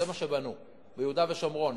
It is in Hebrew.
זה מה שבנו ביהודה ושומרון,